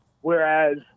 Whereas